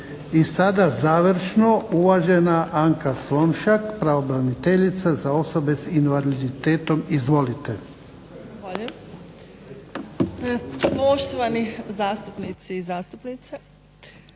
I sada završno, uvažena Anka Slonjšak, pravobraniteljica za osobe s invaliditetom. Izvolite.